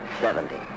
seventy